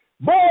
Boy